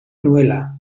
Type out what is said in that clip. nuela